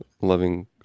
loving